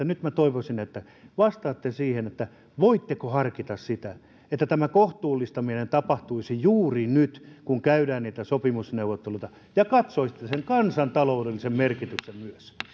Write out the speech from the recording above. nyt minä toivoisin että vastaatte voitteko harkita että tämä kohtuullistaminen tapahtuisi juuri nyt kun käydään niitä sopimusneuvotteluita ja katsoa sen kansantaloudellisen merkityksen myös